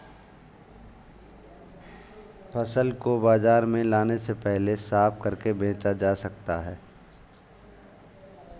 फसल को बाजार में लाने से पहले साफ करके बेचा जा सकता है?